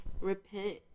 repent